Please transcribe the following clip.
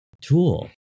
tool